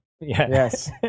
Yes